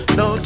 no